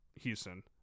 Houston